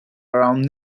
around